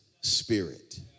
spirit